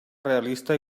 realista